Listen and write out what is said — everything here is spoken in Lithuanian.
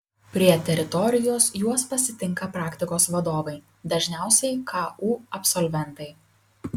prie teritorijos juos pasitinka praktikos vadovai dažniausiai ku absolventai